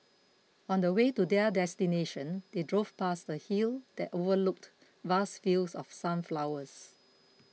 on the way to their destination they drove past a hill that overlooked vast fields of sunflowers